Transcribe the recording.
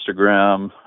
Instagram